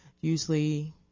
Usually